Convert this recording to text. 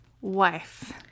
wife